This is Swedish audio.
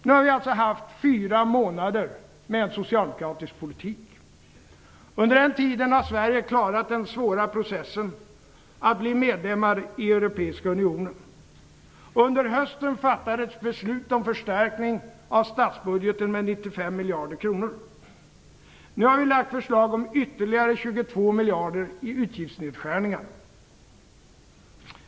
Nu har vi alltså haft fyra månader med en socialdemokratisk politik. Under den tiden har Sverige klarat den svåra processen att bli medlem i den europeiska unionen. Under hösten fattades beslut om förstärkning av statsbudgeten med 95 miljarder kronor. Nu har vi lagt fram förslag om ytterligare 22 miljarder i utgiftsnedskärningar.